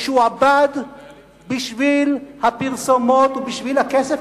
משועבד בשביל הפרסומות ובשביל הכסף,